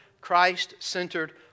Christ-centered